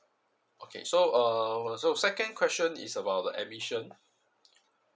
okay so um so second question is about the admission